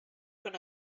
con